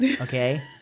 okay